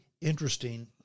interesting